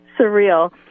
surreal